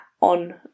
on